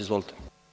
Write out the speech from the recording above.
Izvolite.